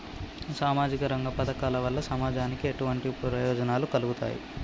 సామాజిక రంగ పథకాల వల్ల సమాజానికి ఎటువంటి ప్రయోజనాలు కలుగుతాయి?